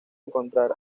encontrar